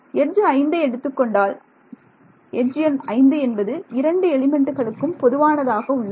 edge 5 எடுத்துக்கொண்டால் edge எண் 5 என்பது 2 எலிமெண்ட்டுகளுக்கும் பொதுவானதாக உள்ளது